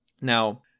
Now